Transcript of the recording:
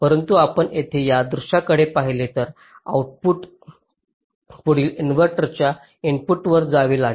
परंतु आपण येथे या दृश्याकडे पाहिले तर हे आउटपुट पुढील इन्व्हर्टरच्या इनपुटवर जावे लागेल